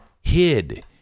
hid